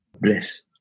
Bless